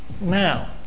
now